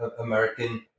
American